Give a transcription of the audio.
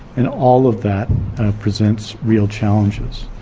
and all of that presents real challenges.